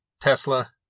Tesla